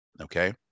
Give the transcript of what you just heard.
Okay